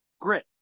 Grit